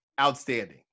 Outstanding